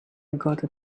gotta